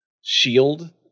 shield